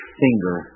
finger